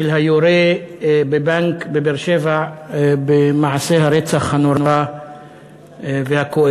של היורה בבנק בבאר-שבע במעשה הרצח הנורא והכואב.